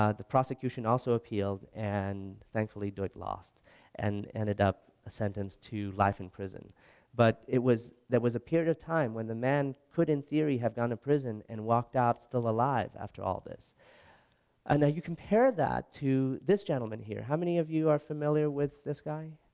ah the prosecution also appealed and thankfully duch lost and ended up sentenced to life in prison but it was, there was a period of time when the man could in theory have gone to prison and walked out still alive after all this and you compare that to this gentleman here, how many of you are familiar with this guy?